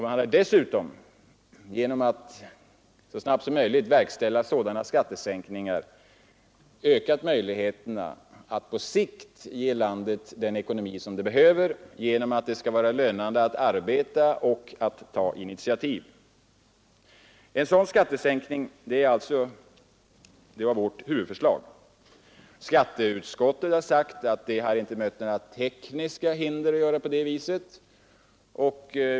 Man hade dessutom genom att så snabbt som möjligt verkställa sådana skattesänkningar ökat möjligheterna att på sikt ge landet den ekonomi som det behöver, eftersom det skulle vara lönande att arbeta och ta initiativ. En sådan skattesänkning var vårt huvudförslag. Skatteutskottet har sagt att det inte skulle möta några tekniska hinder att göra på detta sätt.